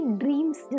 dreams